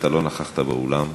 ואתה לא נכחת באולם.